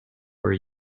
were